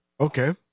Okay